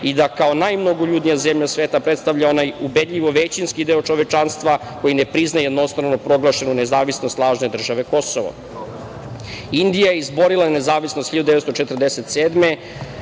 i da kao najmnogoljudnija zemlja sveta predstavlja onaj ubedljivo većinski deo čovečanstva koji ne priznaje jednostrano proglašenu nezavisnost lažne države Kosovo. Indija je izborila nezavisnost 1947.